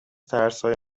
ترسهای